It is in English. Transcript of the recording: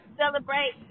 celebrate